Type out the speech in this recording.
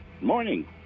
Morning